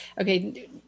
okay